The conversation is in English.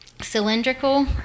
Cylindrical